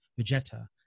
Vegeta